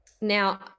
now